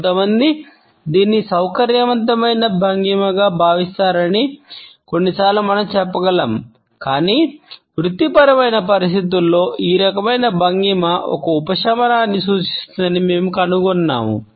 కొంతమంది దీనిని సౌకర్యవంతమైన భంగిమగా భావిస్తారని కొన్నిసార్లు మనం చెప్పగలం కాని వృత్తిపరమైన పరిస్థితులలో ఈ రకమైన భంగిమ ఒక ఉపశమనాన్ని సూచిస్తుందని మేము కనుగొన్నాము